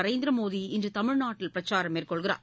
நரேந்திர மோடி இன்று தமிழ்நாட்டில் பிரச்சாரம் மேற்கொள்கிறார்